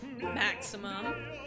maximum